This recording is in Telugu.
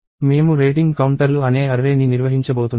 మేము రేటింగ్ కౌంటర్లు అనే అర్రే ని నిర్వహించబోతున్నాము